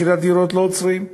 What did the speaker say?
מחירי הדירות לא עוצרים.